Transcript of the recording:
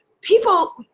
people